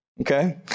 Okay